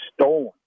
stolen